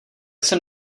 jsem